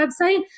website